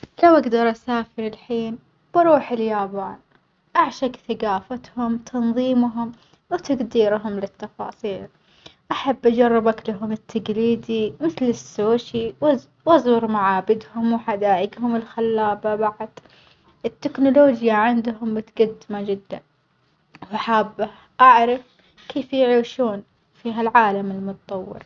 لو أجدر أسافر الحين بروح اليابان أعشج ثجافتهم، تنظيمهم وتجديرهم للتفاصيل، أحب أجرب أكلهم التجليدي وآكل السوشي، وأز وأزور معابدهم وحدائجهم الخلابة بعد، التكنولوجيا عندهم متجدمة جدًا، فحابة أعرف كيف يعيشون في هالعالم المتطور.